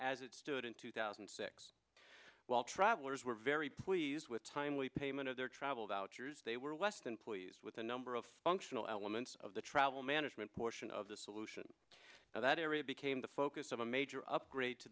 as it stood in two thousand and six while travelers were very pleased with timely payment of their travel vouchers they were less than pleased with the number of functional elements of the travel management portion of the solution that area became the focus of a major upgrade to